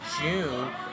June